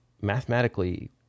mathematically